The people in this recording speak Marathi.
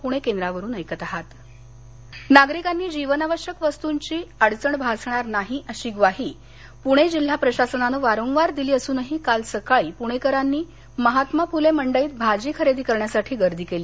पणेकर खरेदी नागरिकांना जीवनावश्यक वस्तूंची अडचण भासणार नाही अशी ग्वाही पूणे जिल्हा प्रशासनानं वारंवार दिली असूनही काल सकाळी पुणेकरांनी महात्मा फुले मंडईत भाजी खरेदी करण्यासाठी गर्दी केली